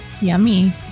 Yummy